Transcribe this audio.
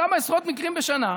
כמה עשרות מקרים בשנה,